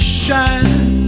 shine